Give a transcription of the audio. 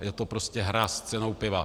Je to prostě hra s cenou piva.